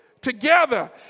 together